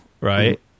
right